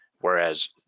whereas